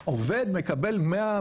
העובד מקבל החזר של משהו כמו 100,